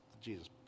Jesus